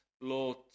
Lord